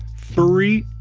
furry,